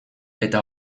eta